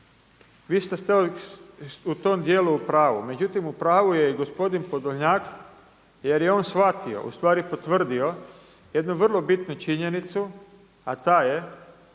Vi ste u tom dijelu u pravu. Međutim u pravu je i gospodin Podolnjak jer je on shvatio, ustvari potvrdio jednu vrlo bitnu činjenicu a taj